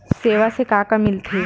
सेवा से का का मिलथे?